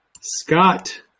Scott